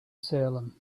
salem